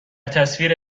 تصویر